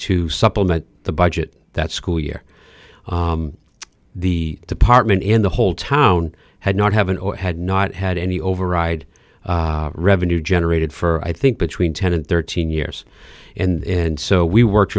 to supplement the budget that school year the department in the whole town had not having or had not had any override revenue generated for i think between ten and thirteen years and so we worked